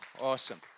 awesome